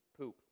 Poop